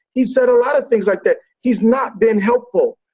he's said a lot of things like that. he's not been helpful.